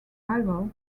arrival